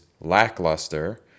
lackluster